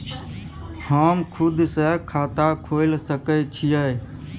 हम खुद से खाता खोल सके छीयै?